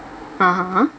(uh huh)